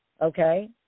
Okay